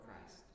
Christ